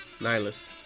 nihilist